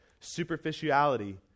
Superficiality